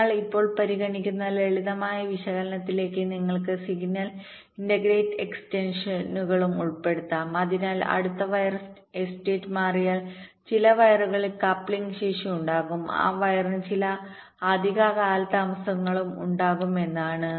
ഞങ്ങൾ ഇപ്പോൾ പരിഗണിക്കുന്ന ലളിതമായ വിശകലനത്തിലേക്ക് നിങ്ങൾക്ക് സിഗ്നൽ ഇന്റഗ്രേറ്റ് എക്സ്റ്റൻഷനുകളുംഉൾപ്പെടുത്താം അതിനർത്ഥം അടുത്ത വയർ സ്റ്റേറ്റ് മാറിയാൽ ചില വയറുകളിൽ കപ്ലിംഗ് ശേഷി ഉണ്ടാകും ആ വയറിന് ചില അധിക കാലതാമസങ്ങളും ഉണ്ടാകാം എന്നാണ്